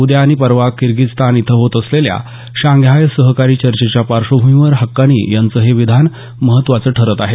उद्या आणि परवा किर्गिझिस्तान इथं होत असलेल्या शांघाय सहकारी चर्चेच्या पार्श्वभूमीवर हक्कानी यांचं हे विधान महत्त्वाचं ठरत आहे